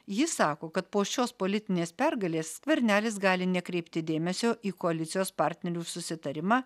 jis sako kad po šios politinės pergalės skvernelis gali nekreipti dėmesio į koalicijos partnerių susitarimą